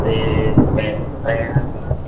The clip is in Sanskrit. ते त्रे त्रयः